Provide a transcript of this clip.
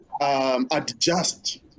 Adjust